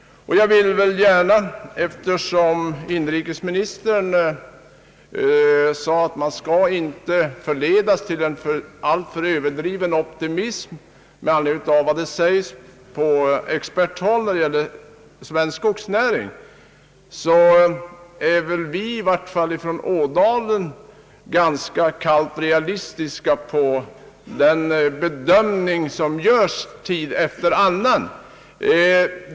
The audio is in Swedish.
Eftersom inrikesministern sade, att man inte skall förledas till en alltför överdriven optimism med anledning av vad som sägs på experthåll när det gäller svensk skogsnäring, vill jag framhålla, att i varje fall vi från Ådalen är ganska kallt realistiska beträffande den bedömning som görs tid efter annan.